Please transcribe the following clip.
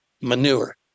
manure